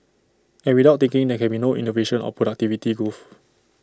and without thinking there can be no innovation or productivity growth